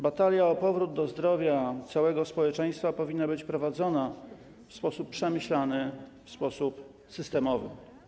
Batalia o powrót do zdrowia całego społeczeństwa powinna być prowadzona w sposób przemyślany, w sposób systemowy.